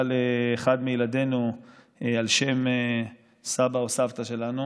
לאחד מילדינו על שם סבא או סבתא שלנו,